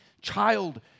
child